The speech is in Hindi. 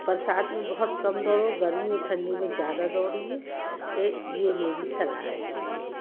बरसात में बहुत कम दौड़ो गर्मी और ठण्डी में ज़्यादा दौड़िए हे ये मेरी सलाह है ये जी